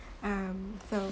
um so